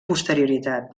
posterioritat